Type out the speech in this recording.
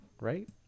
right